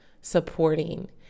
supporting